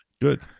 Good